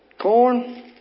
Corn